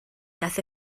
gaeth